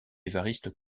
évariste